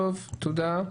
טוב, תודה.